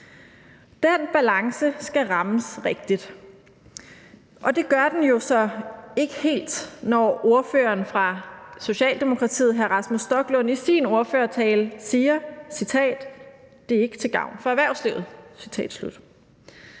Den balance skal rammes rigtigt, og det gør den jo så ikke helt, når ordføreren for Socialdemokratiet, hr. Rasmus Stoklund, i sin ordførertale siger: Det er ikke til gavn for erhvervslivet. Citat slut